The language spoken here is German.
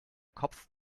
kopf